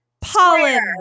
pollen